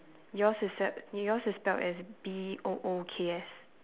yours is se~ yours is spelt as B O O K S